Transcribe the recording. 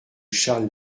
charles